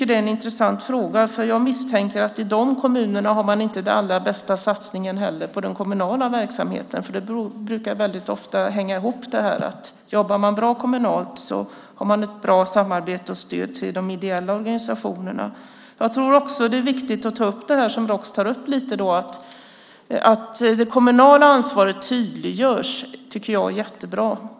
Det är en intressant fråga, för jag misstänker att man i dessa kommuner inte heller har den allra bästa satsningen på den kommunala verksamheten. Det brukar ofta hänga ihop, det vill säga att om man jobbar bra kommunalt har man också ett bra samarbete med och ger ett bra stöd till de ideella organisationerna. Det är också viktigt att ta upp, vilket även Roks gör, att det kommunala ansvaret tydliggörs. Det är jättebra att så sker.